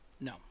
No